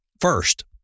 first